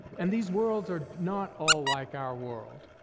and these worlds are not all like our world.